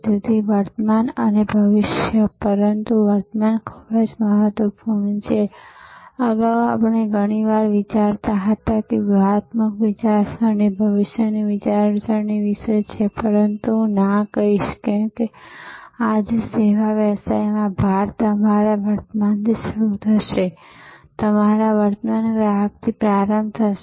તેથી વર્તમાન અને ભવિષ્ય પરંતુ વર્તમાન ખૂબ જ મહત્વપૂર્ણ છે અગાઉ આપણે ઘણીવાર વિચારતા હતા કે વ્યૂહાત્મક વિચારસરણી ભવિષ્યની વિચારસરણી વિશે છે પરંતુ ના હું કહીશ કે આજે સેવા વ્યવસાયમાં ભાર તમારા વર્તમાનથી શરૂ થશે તમારા વર્તમાન ગ્રાહકથી પ્રારંભ થશે